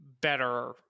better